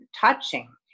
touching